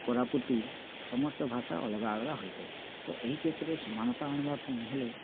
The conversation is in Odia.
କୋରାପୁଟି ସମସ୍ତ ଭାଷା ଅଲଗା ଅଲଗା ହୋଇଥାଏ ତ ଏହି କ୍ଷେତ୍ରରେ ସମାନତା ଆଣିବା ପାଇଁ ହେଲେ